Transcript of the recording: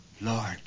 Lord